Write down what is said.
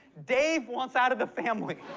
dave wants out of the family.